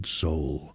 soul